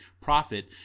profit